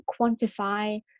quantify